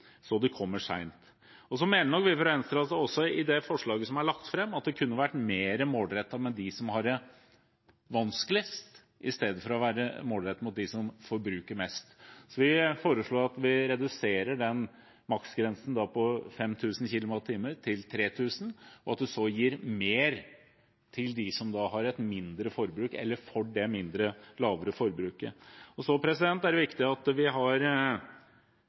så dette kommer sent. Så mener nok vi fra Venstre at også det forslaget som er lagt fram, kunne vært mer målrettet mot dem som har det vanskeligst, i stedet for å være målrettet mot dem som forbruker mest. Vi foreslår å redusere maksprisen på 5 000 kWh til 3 000 og så gi mer til dem som har et mindre forbruk – eller for det lavere forbruket. Det er viktig at vi har utbetalinger, kontantutbetalinger, til dem som nå er i en vanskelig situasjon; det er permitterte, arbeidsledige, folk på arbeidsavklaringspenger. Vi